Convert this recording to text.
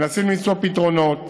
מנסים למצוא פתרונות.